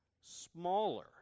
smaller